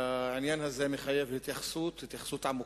העניין הזה מחייב התייחסות עמוקה.